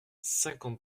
cinquante